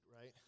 right